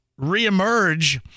reemerge